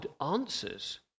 answers